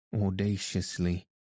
audaciously